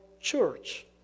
church